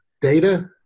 data